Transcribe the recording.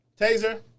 Taser